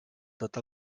tot